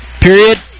period